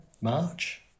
march